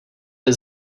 jde